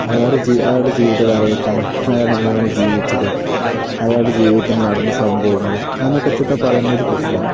അയാളുടെ അയാളുടെ ജീവിതകാലഘട്ടം അയാൾ എങ്ങനെയാണ് ജീവിച്ചത് അയാളുടെ ജീവിതത്തില് നടന്ന സംഭവങ്ങൾ അതിനെ കുറിച്ചൊക്കെ പറയുന്ന ഒരു പുസ്തകമാണ്